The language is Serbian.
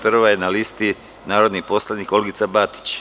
Prva je na listi narodni poslanik Olgica Batić.